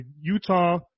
Utah